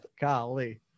Golly